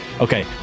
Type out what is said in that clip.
Okay